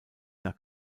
nach